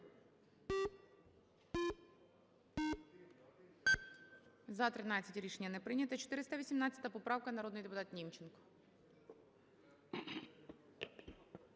За – 31. Рішення не прийняте. 404 поправка, народний депутат Німченко.